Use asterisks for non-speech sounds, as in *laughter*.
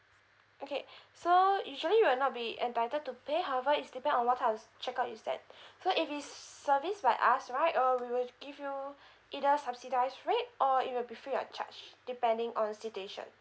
okay *breath* so usually you will not be entitled to pay however i's depend on what types of check up is that *breath* so if it's service by us right um we will give you *breath* either subsidise rate or it will be free of charge depending on the situation